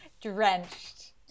drenched